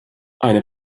eine